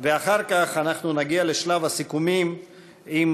ואחר כך אנחנו נגיע לשלב הסיכומים עם